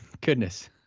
goodness